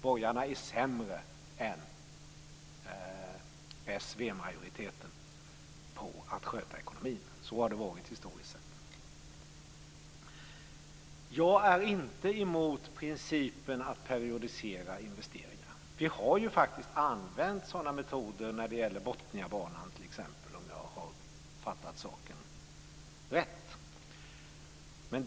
Borgarna är sämre än s-v-majoriteten på att sköta ekonomin. Så har det varit historiskt sett. Jag är inte emot principen att periodisera investeringar. Vi har faktiskt använt sådana metoder när det gäller Botniabanan t.ex., om jag har fattat saken rätt.